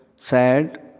sad